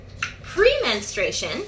pre-menstruation